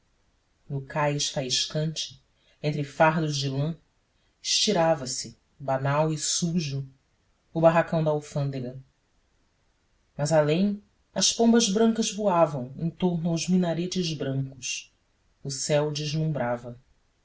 no cais faiscante entre fardos de lã estirava se banal e sujo o barracão da alfândega mas além as pombas brancas voavam em torno aos minaretes brancos o céu deslumbrava